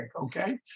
okay